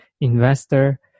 investor